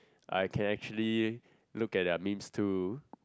I can actually look at their memes too